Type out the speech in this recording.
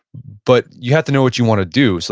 but you have to know what you want to do. so